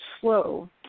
slow